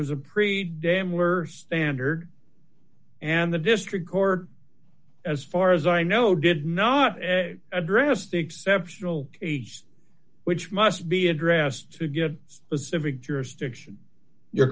was a pretty dam were standard and the district court as far as i know did not address the exceptional case which must be addressed to get specific jurisdiction you're